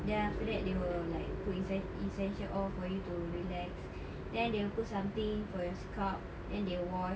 then after that they will like put essen~ essential oil for you to relax then they will put something for your scalp then they wash